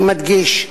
אני מדגיש,